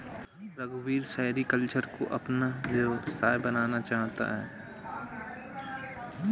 रघुवीर सेरीकल्चर को अपना व्यवसाय बनाना चाहता है